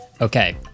Okay